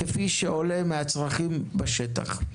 כפי שעולה מהצרכים בשטח.